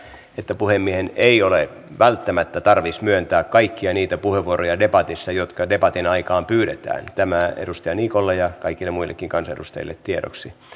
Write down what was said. että puhemiehen ei ole välttämättä tarvis myöntää kaikkia niitä puheenvuoroja debatissa jotka debatin aikaan pyydetään tämä edustaja niikolle ja kaikille muillekin kansanedustajille tiedoksi